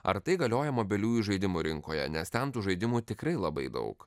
ar tai galioja mobiliųjų žaidimų rinkoje nes ten tų žaidimų tikrai labai daug